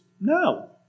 No